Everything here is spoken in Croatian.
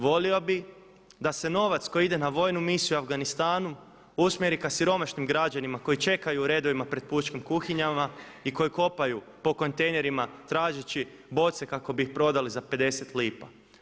Volio bih da se novac koji ide na vojnu misiju u Afganistanu usmjeri ka siromašnim građanima koji čekaju u redovima pred pučkim kuhinjama i koji kopaju po kontejnerima tražeći boce kako bi ih prodali za 50 lipa.